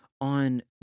on